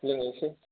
लोंहैसै